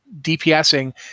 DPSing